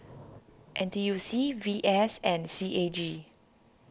N T U C V S and C A G